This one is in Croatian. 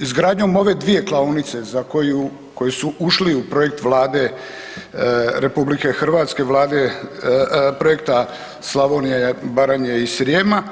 Izgradnjom ove dvije klaonice za koju, koje su ušli u projekt Vlade RH, vlade, „Projekta Slavonija, Baranja i Srijema“